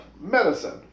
medicine